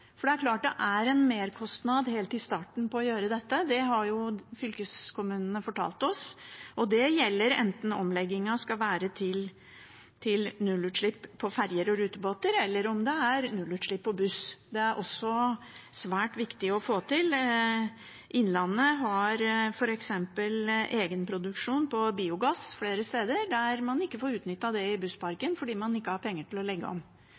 For det er en merkostnad helt i starten for å gjøre dette, det har fylkeskommunene fortalt oss. Det gjelder enten omleggingen skal være til nullutslipp på ferjer og rutebåter, eller den skal være til nullutslipp på buss. Det er også svært viktig å få til. Innlandet har f.eks. egenproduksjon av biogass flere steder der man ikke får utnyttet det i bussparken, fordi man ikke har penger til å legge om